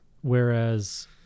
Whereas